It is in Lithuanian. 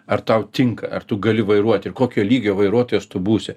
ar tau tinka ar tu gali vairuot ir kokio lygio vairuotojas tu būsi